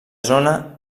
zona